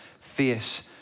face